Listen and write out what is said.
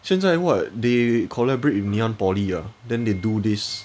现在 what they collaborate with ngee ann poly ah then they do this